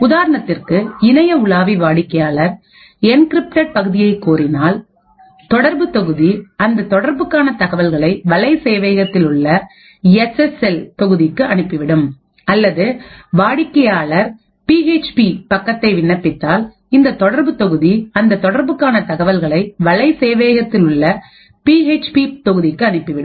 உதாரணத்திற்கு இணைய உலாவி வாடிக்கையாளர் என்கிரிப்டட் பகுதியை கோரினால் தொடர்பு தொகுதி அந்த தொடர்புக்கான தகவல்களை வளை சேவையகத்தில் உள்ள எஸ் எஸ் எல் தொகுதிக்கு அனுப்பிவிடும் அல்லது வாடிக்கையாளர் பி எச் பி பக்கத்தை விண்ணப்பித்தால் இந்த தொடர்பு தொகுதி அந்த தொடர்புக்கான தகவல்களை வளை சேவையகத்தில் உள்ள பி எச் பிதொகுதிக்கு அனுப்பிவிடும்